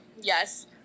Yes